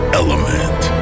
element